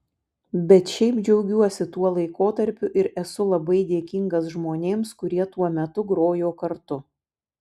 bet šiaip džiaugiuosi tuo laikotarpiu ir esu labai dėkingas žmonėms kurie tuo metu grojo kartu